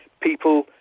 people